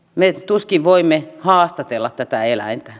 me tuskin voimme haastatella tätä eläintä